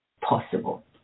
possible